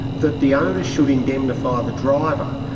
that the owner should indemnify the driver,